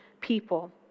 people